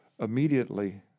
Immediately